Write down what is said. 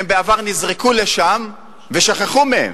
הם בעבר נזרקו לשם ושכחו מהם.